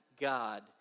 God